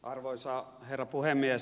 arvoisa herra puhemies